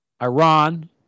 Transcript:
Iran